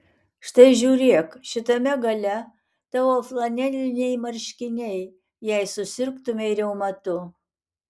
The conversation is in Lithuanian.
štai žiūrėk šitame gale tavo flaneliniai marškiniai jei susirgtumei reumatu